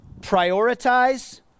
Prioritize